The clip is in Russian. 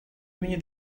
имени